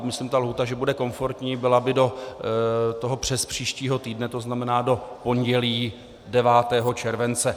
Myslím, ta lhůta bude komfortní, byla by do přespříštího týdne, to znamená do pondělí 9. července.